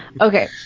Okay